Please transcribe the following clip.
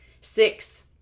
Six